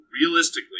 realistically